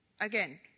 Again